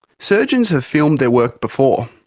surgeons have filmed their work before.